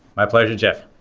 my pleasure, jeff.